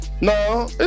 No